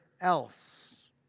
else